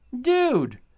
dude